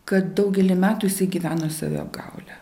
kad daugelį metų jisai gyveno saviapgaule